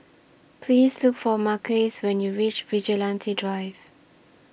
Please Look For Marques when YOU REACH Vigilante Drive